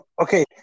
Okay